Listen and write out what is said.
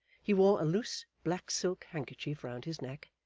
he wore a loose black silk handkerchief round his neck,